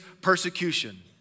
persecution